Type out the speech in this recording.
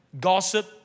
gossip